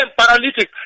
paralytic